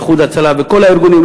"איחוד הצלה" וכל הארגונים,